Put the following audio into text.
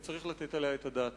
וצריך לתת עליה את הדעת.